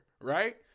Right